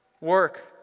Work